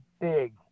big